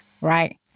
right